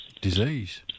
disease